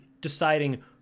deciding